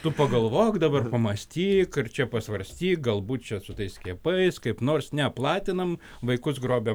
tu pagalvok dabar pamąstyk ar čia pasvarstyk galbūt čia su tais skiepais kaip nors neplatinam vaikus grobia